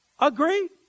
Agree